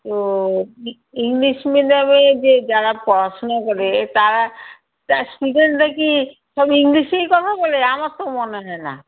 তো ইংলিশ মিডিয়ামে যে যারা পড়াশুনা করে তারা প্রায় স্টুডেন্টরাই কি খালি ইংলিশেই কথা বলে আমার তো মনে হয় না